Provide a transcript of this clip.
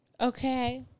Okay